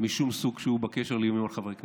משום סוג שהוא בקשר לאיומים על חברי כנסת,